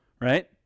right